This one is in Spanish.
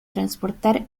transportar